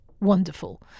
wonderful